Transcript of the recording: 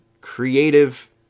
creative